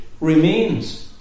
remains